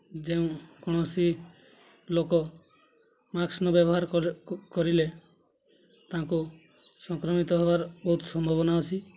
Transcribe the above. ଯେଉଁ କୌଣସି ଲୋକ ମାସ୍କ୍ ନ ବ୍ୟବହାର କରିଲେ ତାଙ୍କୁ ସଂକ୍ରମିତ ହେବାର ବହୁତ ସମ୍ଭାବନା ଅଛି